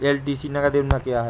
LTC नगद योजना क्या है?